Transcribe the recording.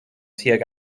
tuag